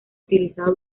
utilizado